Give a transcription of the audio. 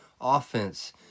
offense